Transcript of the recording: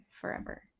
forever